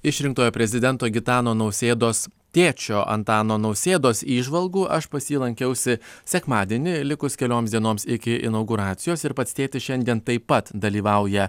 išrinktojo prezidento gitano nausėdos tėčio antano nausėdos įžvalgų aš pas jį lankiausi sekmadienį likus kelioms dienoms iki inauguracijos ir pats tėtis šiandien taip pat dalyvauja